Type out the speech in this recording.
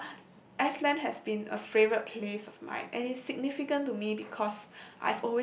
so Iceland has been a favourite place of mine and it's significant to me because